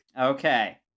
Okay